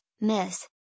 miss